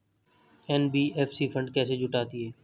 NBFC fund कैसे जुटाती है?